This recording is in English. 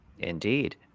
indeed